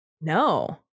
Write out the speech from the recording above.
No